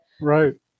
right